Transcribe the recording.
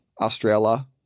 Australia